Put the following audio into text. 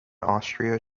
austria